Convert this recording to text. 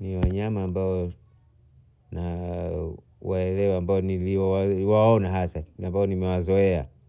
ni wanyama ambao na waelewa ambao nilio waona hasa na nilio wazoea.